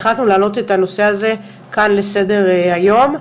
החלטנו להעלות את הנושא הזה לסדר-היום כאן,